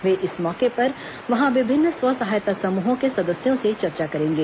वे इस मौके पर वहां विभिन्न स्वसहायता समूहों के सदस्यों से चर्चा करेंगे